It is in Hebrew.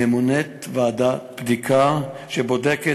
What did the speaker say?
ממונה ועדת בדיקה שבודקת,